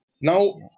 Now